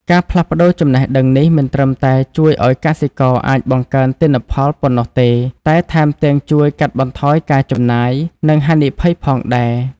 ការផ្លាស់ប្តូរចំណេះដឹងនេះមិនត្រឹមតែជួយឲ្យកសិករអាចបង្កើនទិន្នផលប៉ុណ្ណោះទេ តែថែមទាំងជួយកាត់បន្ថយការចំណាយ និងហានិភ័យផងដែរ។